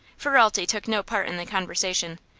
ferralti took no part in the conversation,